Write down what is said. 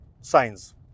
science